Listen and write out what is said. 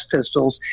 Pistols